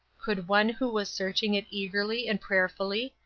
could one who was searching it eagerly and prayerfully,